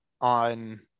on